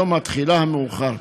יום התחילה המאוחר,